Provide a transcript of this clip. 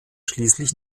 schließlich